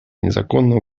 незаконного